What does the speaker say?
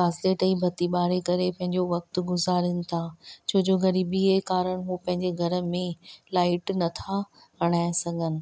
घासलेट ई बती ॿारे करे पंहिंजो वक़्तु गुज़ारनि था छोजो ग़रीबीअ जे कारण उहे पंहिंजे घर में लाइट नथा हणाए सघनि